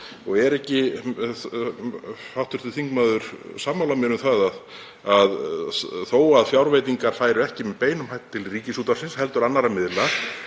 bæ. Er ekki hv. þingmaður sammála mér um að þó að fjárveitingar færu ekki með beinum hætti til Ríkisútvarpsins heldur annarra miðla